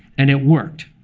and it worked.